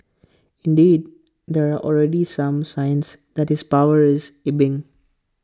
indeed there are already some signs that his power is ebbing